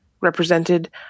represented